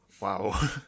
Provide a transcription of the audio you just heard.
wow